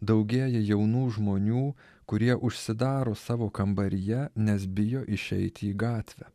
daugėja jaunų žmonių kurie užsidaro savo kambaryje nes bijo išeiti į gatvę